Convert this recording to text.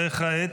וכעת?